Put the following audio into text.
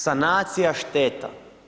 Sanacija šteta.